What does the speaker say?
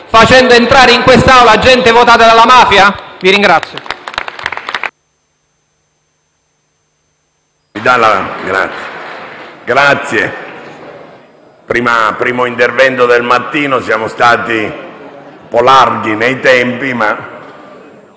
facendo entrare in quest'Aula gente votata dalla mafia. *(Applausi